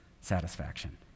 satisfaction